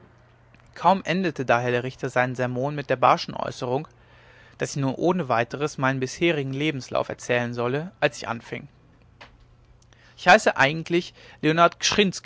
kaum endete daher der richter seinen sermon mit der barschen äußerung daß ich nun ohne weiteres meinen bisherigen lebenslauf erzählen solle als ich anfing ich heiße eigentlich leonard